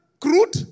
crude